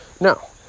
No